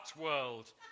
world